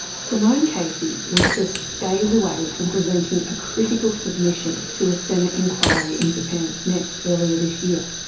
simone casey was just days away from presenting a critical submission to a senate inquiry into parentsnext earlier this year.